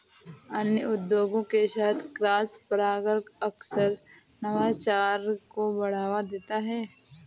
अन्य उद्योगों के साथ क्रॉसपरागण अक्सर नवाचार को बढ़ावा देता है